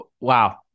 Wow